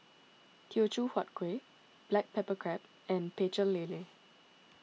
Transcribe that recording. Teochew Huat Kuih Black Pepper Crab and Pecel Lele